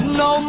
no